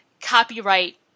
copyright